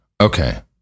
okay